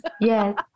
Yes